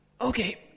okay